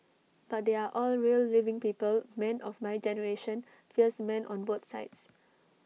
but they are all real living people men of my generation fierce men on both sides